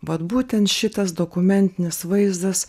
vat būtent šitas dokumentinis vaizdas